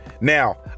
Now